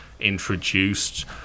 introduced